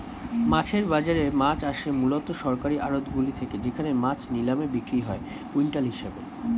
মাছের বাজারে মাছ আসে মূলত সরকারি আড়তগুলি থেকে যেখানে মাছ নিলামে বিক্রি হয় কুইন্টাল হিসেবে